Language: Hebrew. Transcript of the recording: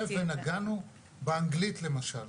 נגענו באנגלית למשל,